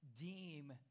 deem